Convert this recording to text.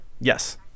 yes